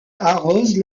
arrose